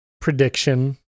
prediction